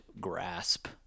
grasp